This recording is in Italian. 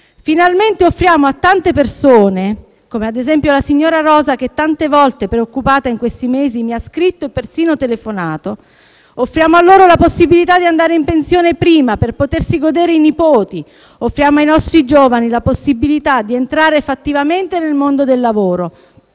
Finalmente offriamo a tante persone - come ad esempio alla signora Rosa, che tante volte preoccupata in questi mesi mi ha scritto e persino telefonato - la possibilità di andare in pensione prima, per potersi godere i nipoti. Offriamo ai nostri giovani la possibilità di entrare fattivamente nel mondo del lavoro,